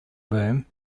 boom